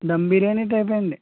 ధమ్ బిర్యానీ టైపే అండి